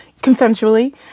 consensually